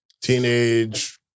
teenage